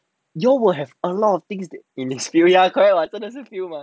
you all have a lot of things to experience ya correct like 真的是